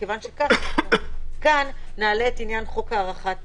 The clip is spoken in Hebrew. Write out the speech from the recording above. ומכיוון שכך כאן נעלה את חוק הארכת